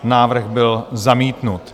Návrh byl zamítnut.